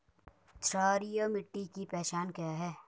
क्षारीय मिट्टी की पहचान क्या है?